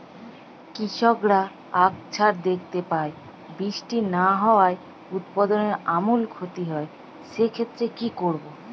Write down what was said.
কৃষকরা আকছার দেখতে পায় বৃষ্টি না হওয়ায় উৎপাদনের আমূল ক্ষতি হয়, সে ক্ষেত্রে কি করব?